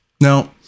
Now